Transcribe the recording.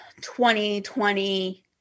2020